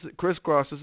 crisscrosses